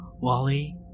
Wally